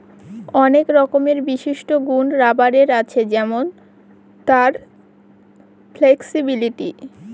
অনেক রকমের বিশিষ্ট গুন রাবারের আছে যেমন তার ফ্লেক্সিবিলিটি